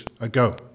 ago